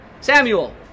Samuel